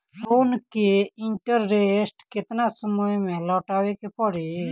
Loan के interest केतना समय में लौटावे के पड़ी?